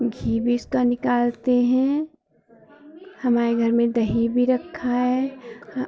घी भी उसका निकालते हैं हमारे घर में दही भी रखा है हं